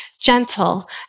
gentle